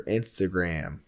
Instagram